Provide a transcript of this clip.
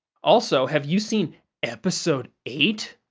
also, have you seen episode eight?